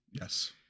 Yes